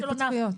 איזה התפתחויות?